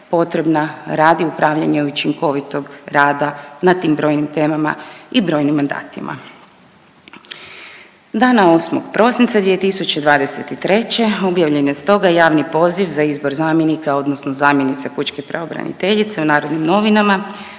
radi upravljanja i učinkovitog rada na tim brojnim temama i brojnim mandatima. Dana 8. prosinca 2023. objavljen je stoga javni poziv za izbor zamjenika odnosno zamjenice Pučke pravobraniteljice u Narodnim novinama.